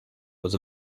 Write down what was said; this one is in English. was